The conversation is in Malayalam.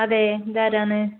അതേ ഇതാരാണ്